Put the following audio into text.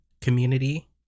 community